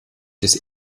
des